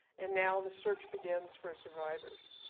and now, the search begins for survivors.